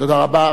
תודה רבה.